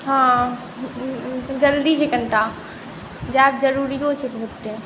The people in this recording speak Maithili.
हाँ जल्दी छै कनिटा जाएब जरूरिओ छै बहुते